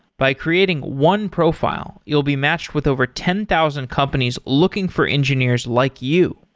by creating one profile, you'll be matched with over ten thousand companies looking for engineers like you.